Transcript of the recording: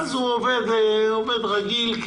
אם כן, הוא עובד רגיל.